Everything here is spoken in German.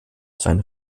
seine